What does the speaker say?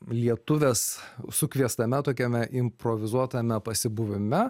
lietuvės sukviestame tokiame improvizuotame pasibuvime